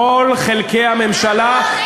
כל חלקי הממשלה,